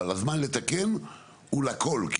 הזמן לתקן הוא לכל,